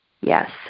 Yes